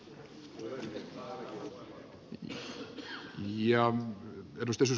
arvoisa herra puhemies